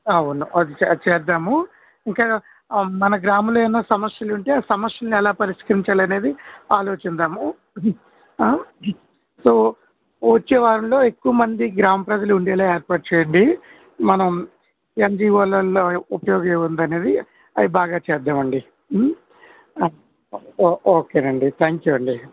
అవును అది చేద్దాము ఇంకా మన గ్రామంలో ఏమైనా సమస్యలు ఉంటే ఆ సమస్యలను ఎలా పరిష్కరించాలనేది ఆలోచిదాము సో వచ్చే వారంలో ఎక్కువ మంది గ్రామ ప్రజలు ఉండేలా ఏర్పాటు చేయండి మనం ఎన్జీఓలలో ఉపయోగం ఉందనేది అవి బాగా చేద్దామండి ఓ ఓకేనండి థ్యాంక్ యూ అండి